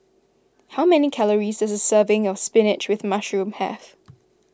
how many calories does a serving of Spinach with Mushroom have